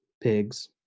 pigs